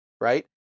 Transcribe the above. Right